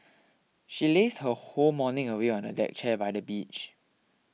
she lazed her whole morning away on a deck chair by the beach